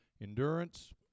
Endurance